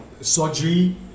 surgery